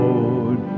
Lord